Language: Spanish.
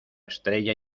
estrella